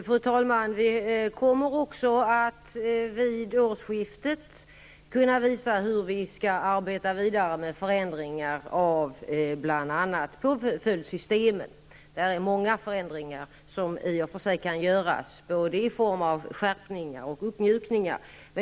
Fru talman! Vi kommer alltså att vid årsskiftet kunna visa hur vi skall arbeta vidare med förändringar av bl.a. påföljdssystemet. Där är det många förändringar som kan göras i form av både skärpningar och uppmjukningar.